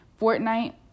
Fortnite